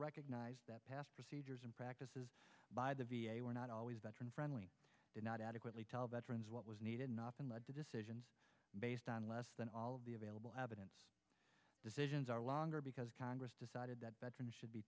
recognized that past procedures and practices by the v a were not always veteran friendly did not adequately tell veterans what was needed and often lead to decisions based on less than all of the available evidence decisions are longer because congress decided that veterans should be